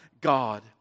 God